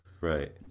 right